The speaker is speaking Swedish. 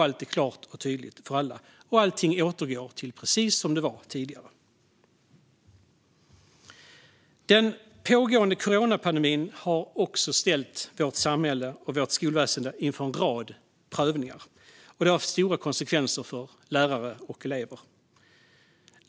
Allt blir klart och tydligt för alla, och allting återgår till precis som det var tidigare. Den pågående coronapandemin har ställt vårt samhälle och vårt skolväsen inför en rad prövningar, och detta har fått stora konsekvenser för lärare och elever.